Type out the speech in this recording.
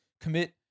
Commit